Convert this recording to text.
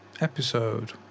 episode